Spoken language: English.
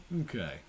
Okay